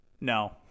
no